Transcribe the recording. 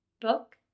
book